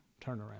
turnaround